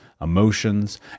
emotions